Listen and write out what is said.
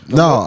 no